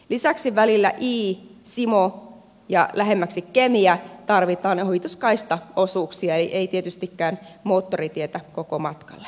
lisäksi välillä iisimo ja lähemmäksi kemiä tarvitaan ohituskaistaosuuksia ei tietystikään moottoritietä koko matkalle